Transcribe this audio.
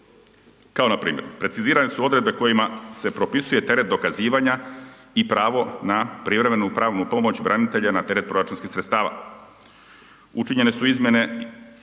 Kao npr. precizirane su odredbe kojima se propisuje teret dokazivanja i pravo na privremenu pravnu pomoć branitelja na teret proračunskih sredstava. Učinjene su izmjene